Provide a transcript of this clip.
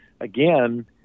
again